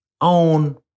own